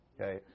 Okay